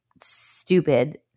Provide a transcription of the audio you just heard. stupid